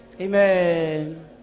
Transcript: Amen